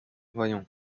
voyons